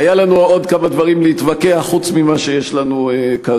היו לנו עוד כמה דברים להתווכח עליהם חוץ ממה שיש לנו כרגע.